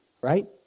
Right